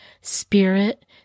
spirit